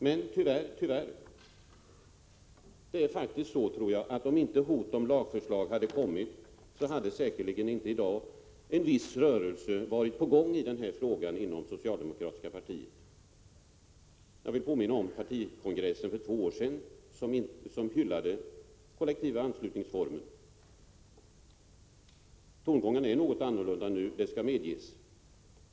Men tyvärr är det så att om inte hot om lagstiftning hade förelegat, så hade säkerligen inte en viss rörelse i dag varit på gång inom det socialdemokratiska partiet. Jag vill påminna om partikongressen för två år sedan som hyllade den kollektiva anslutningsformen. Tongångarna är något annorlunda nu, det skall medges.